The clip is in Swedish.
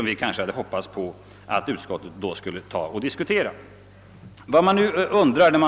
Vi hade hoppats att utskottet skulle ta upp denna fråga till diskussion.